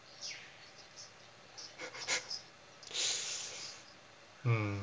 mm